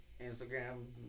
Instagram